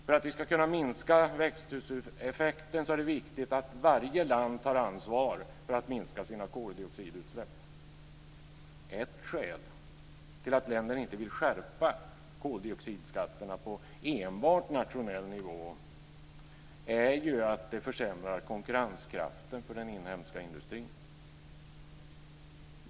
För att vi ska kunna minska växthuseffekten är det viktigt att varje land tar ansvar för att minska sina koldioxidutsläpp. Ett skäl till att länderna inte vill skärpa koldioxidskatterna på enbart nationell nivå är ju att det försämrar konkurrenskraften för den inhemska industrin.